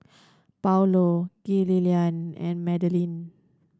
Paulo Gillian and Madeline